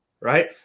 Right